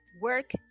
work